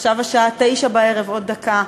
עכשיו השעה 21:00, עוד דקה.